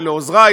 ולעוזרי,